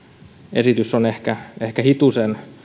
esitys on ehkä ehkä hitusen